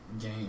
game